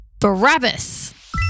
Barabbas